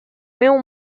meu